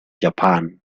japan